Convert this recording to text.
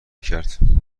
کرد